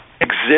exist